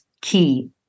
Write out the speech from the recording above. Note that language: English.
key